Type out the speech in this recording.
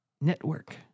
Network